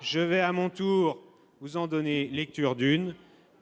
je vais à mon tour vous en livrer une.